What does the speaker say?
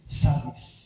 service